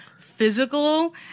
physical